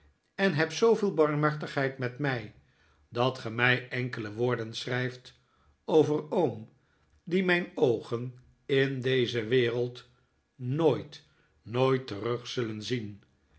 en heb zooveel barmhartigheid met mij dat ge mij enkele woorden schrijft over oom dien mijn oogen in deze wereld nooit nooit terug zullen zien